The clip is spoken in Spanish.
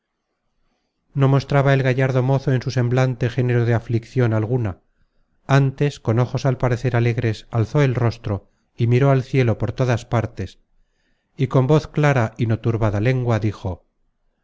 no mostraba el gallardo mozo en su semblante género de afliccion alguna ántes con ojos al parecer alegres alzó el rostro y miró al cielo por todas partes y con voz clara y no turbada lengua dijo